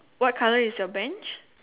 what colour is your Bench